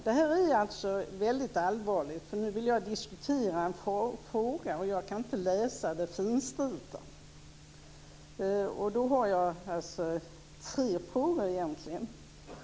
Det här är alltså väldigt allvarligt, för nu vill jag diskutera en fråga, och jag kan inte läsa det finstilta. Jag har tre frågor.